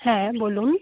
হ্যাঁ বলুন